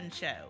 show